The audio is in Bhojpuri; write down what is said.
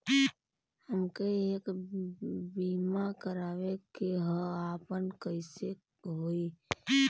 हमके एक बीमा करावे के ह आपन कईसे होई?